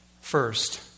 First